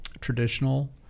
traditional